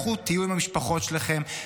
לכו תהיו עם המשפחות שלכם,